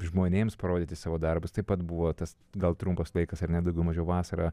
žmonėms parodyti savo darbus taip pat buvo tas gal trumpas laikas ar ne daugiau mažiau vasarą